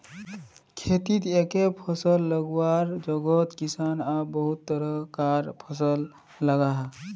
खेतित एके फसल लगवार जोगोत किसान अब बहुत तरह कार फसल लगाहा